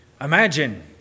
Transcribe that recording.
Imagine